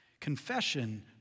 Confession